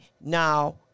Now